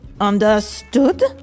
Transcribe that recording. Understood